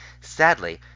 Sadly